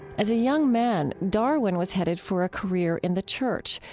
as a young man, darwin was headed for a career in the church,